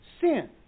sin